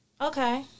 Okay